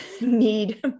need